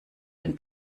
den